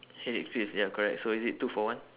headache pills ya correct so is it two for one